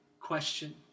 question